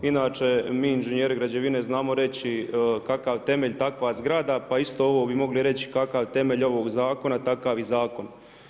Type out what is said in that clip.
Inače, mi inženjeri građevine znamo reći kakav temelj, takva zgrada, pa isto ovo bi mogli reći kakav temelj ovog zakona, takav i zakon.